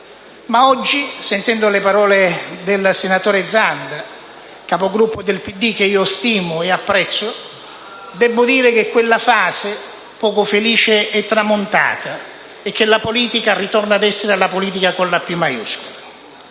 Ma oggi, sentendo le parole del senatore Zanda, capogruppo del Partito Democratico, che stimo ed apprezzo, debbo dire che quella fase poco felice è tramontata e che la politica ritorna ad essere la politica con la p maiuscola.